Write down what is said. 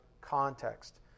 context